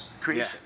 creation